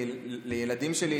לילדים שלי,